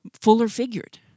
fuller-figured